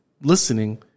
listening